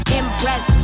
impress